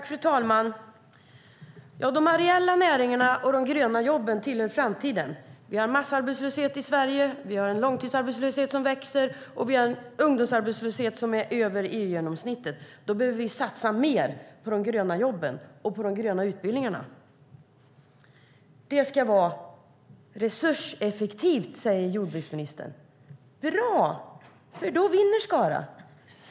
Fru talman! De areella näringarna och de gröna jobben tillhör framtiden. Vi har massarbetslöshet i Sverige. Vi har en långtidsarbetslöshet som växer, och vi har en ungdomsarbetslöshet som är högre än EU-genomsnittet. Därför behöver vi satsa mer på de gröna jobben och de gröna utbildningarna. Det ska vara resurseffektivt, säger jordbruksministern. Bra - då vinner Skara.